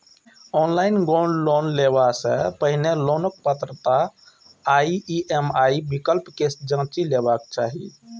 online gold loan लेबय सं पहिने लोनक पात्रता आ ई.एम.आई विकल्प कें जांचि लेबाक चाही